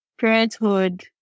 parenthood